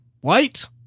white